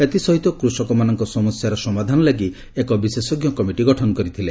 ଏଥିସହିତ କୃଷକମାନଙ୍କ ସମସ୍ୟାର ସମାଧାନ ଲାଗି ଏକ ବିଶେଷଜ୍ଞ କମିଟି ଗଠନ କରିଥିଲେ